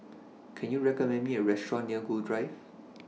Can YOU recommend Me A Restaurant near Gul Drive